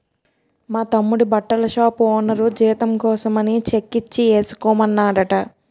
మా తమ్ముడి బట్టల షాపు ఓనరు జీతం కోసమని చెక్కిచ్చి ఏసుకోమన్నాడట